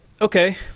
Okay